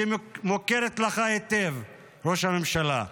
שמוכרת לך היטב, ראש הממשלה,